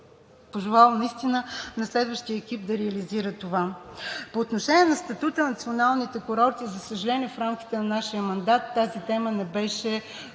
Пожелавам наистина на следващия екип да реализира това. По отношение на статута на националните курорти, за съжаление, в рамките на нашия мандат тази тема не придоби